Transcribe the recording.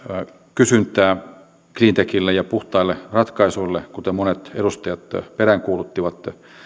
kysyntää cleantechille ja puhtaille ratkaisuille kuten monet edustajat peräänkuuluttivat